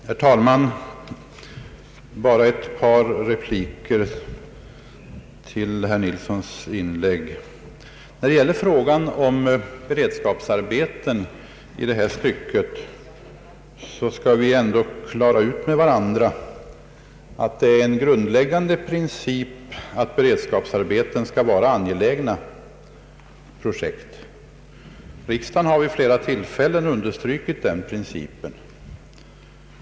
Herr talman! Bara ett par repliker med anledning av herr Nilssons inlägg. När det gäller frågan om beredskapsarbeten måste vi ha klart för oss att det är en grundläggande princip att beredskapsarbeten skall vara angelägna projekt. Riksdagen har vid flera tillfällen understrukit den principen.